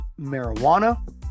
marijuana